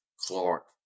Clark